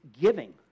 giving